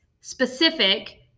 specific